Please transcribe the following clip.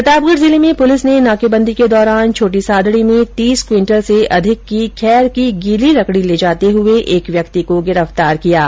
प्रतापगढ़ जिले में पुलिस ने नाकेबंदी के दौरान छोटी सादडी में तीस क्विंटल से अधिक की खैर की गीली लकडी ले जाते हुए एक व्यक्ति को गिरफ्तार किया है